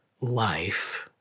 life